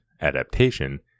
adaptation